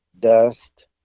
dust